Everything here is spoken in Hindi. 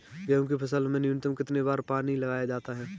गेहूँ की फसल में न्यूनतम कितने बार पानी लगाया जाता है?